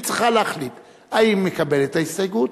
היא צריכה להחליט אם היא מקבלת את ההסתייגות